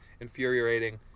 infuriating